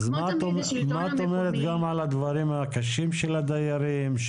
מה את אומרת על הדברים הקשים של הדיירים,